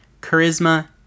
Charisma